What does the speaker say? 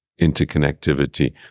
interconnectivity